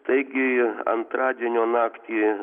taigi antradienio naktį